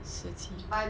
十七